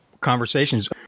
Conversations